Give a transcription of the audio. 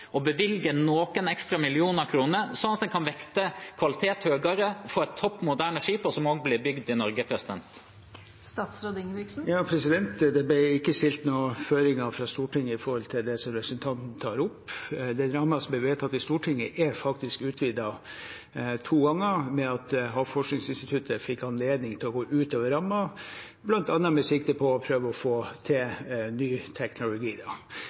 å bevilge noen ekstra millioner kroner, slik at en kan vekte kvalitet høyere og få et topp moderne skip, som også blir bygd i Norge? Det ble ikke gitt noen føringer fra Stortinget om det som representanten tar opp. Den rammen som ble vedtatt i Stortinget, er faktisk utvidet to ganger ved at Havforskningsinstituttet fikk anledning til å gå ut over rammen, bl.a. med sikte på å prøve å få til ny teknologi.